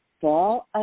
fall